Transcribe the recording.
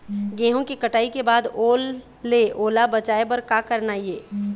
गेहूं के कटाई के बाद ओल ले ओला बचाए बर का करना ये?